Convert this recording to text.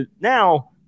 now